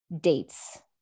dates